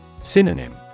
Synonym